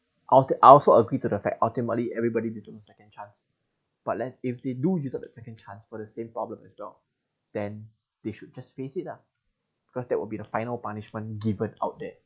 I I also agree to the fact ultimately everybody deserves a second chance but less if they do use up the second chance for the same problem as well then they should just face it lah cause that will be the final punishment given out there